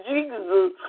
Jesus